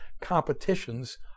competitions